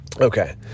Okay